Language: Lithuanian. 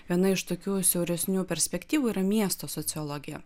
viena iš tokių siauresnių perspektyvų yra miesto sociologija